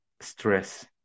stress